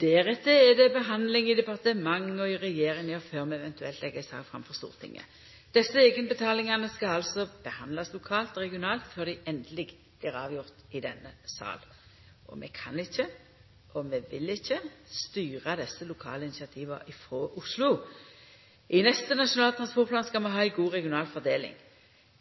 Deretter er det handsaming i departementet og i regjeringa før vi eventuelt legg ei sak fram for Stortinget. Desse eigenbetalingane skal altså handsamast lokalt og regionalt før dei endeleg blir avgjorde i denne sal. Vi kan ikkje, og vi vil ikkje, styra desse lokale initiativa frå Oslo. I neste Nasjonal transportplan skal vi ha ei god regional fordeling.